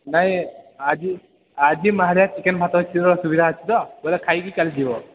ନାଇଁ ଆଜି ଆଜି ମାହାଳିଆ ଚିକେନ ଭାତ ଅଛି ସୁବିଧା ଅଛି ତ ବୋଇଲେ ଖାଇକି କାଲି ଯିବ